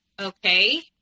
okay